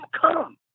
come